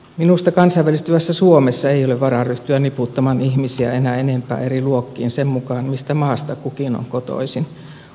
minusta kansainvälistyvässä suomessa ei ole varaa ryhtyä niputtamaan ihmisiä enää enempää eri luokkiin sen mukaan mistä maasta kukin on kotoisin